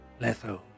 Letho